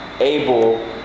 able